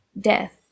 Death